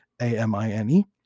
A-M-I-N-E